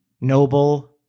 Noble-